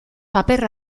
paper